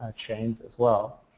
ah chain as well.